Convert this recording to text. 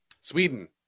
Sweden